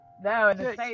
No